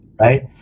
right